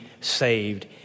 saved